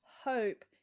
hope